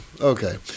Okay